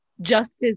Justice